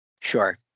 Sure